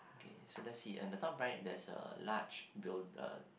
okay so let's see on the top right there's a large build